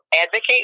advocate